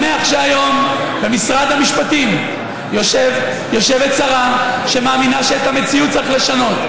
אני שמח שהיום במשרד המשפטים יושבת שרה שמאמינה שאת המציאות צריך לשנות.